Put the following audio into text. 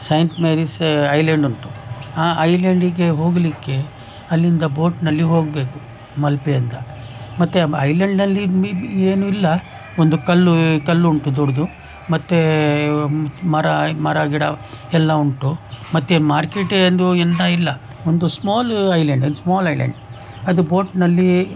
Saint Mary's island ಉಂಟು ಆ ಐ ಲ್ಯಾಂಡಿಗೆ ಹೋಗಲಿಕ್ಕೆ ಅಲ್ಲಿಂದ ಬೋಟ್ನಲ್ಲಿ ಹೋಗಬೇಕು ಮಲ್ಪೆಯಿಂದ ಮತ್ತೆ ಐ ಲ್ಯಾಂಡ್ ಅಲ್ಲಿ ಬಿ ಬಿ ಏನು ಇಲ್ಲ ಒಂದು ಕಲ್ಲೂ ಕಲ್ಲುಂಟು ದೊಡ್ಡ ಮತ್ತೆ ಮರ ಮರ ಗಿಡ ಎಲ್ಲ ಉಂಟು ಮತ್ತೆ ಮಾರ್ಕೆಟ್ ಎಂದು ಎಂಥ ಇಲ್ಲ ಒಂದು ಸ್ಮಾಲ್ ಐ ಲ್ಯಾಂಡ್ ಒಂದು ಸ್ಮಾಲ್ ಐ ಲ್ಯಾಂಡ್ ಅದು ಬೋಟ್ನಲ್ಲಿ